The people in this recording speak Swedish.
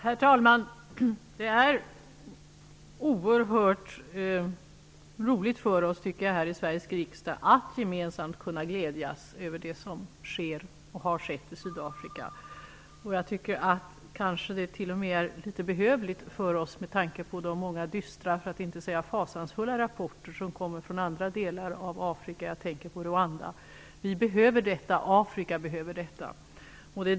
Herr talman! Jag tycker att det är oerhört roligt att vi här i Sveriges riksdag gemensamt kan glädjas över det som sker och har skett i Sydafrika. Jag tycker till och med att det kanske är behövligt, med tanke på de många dystra -- för att inte säga fasansfulla -- rapporter som kommer från andra delar av Afrika. Jag tänker då på Rwanda. Vi behöver detta, och Afrika behöver detta.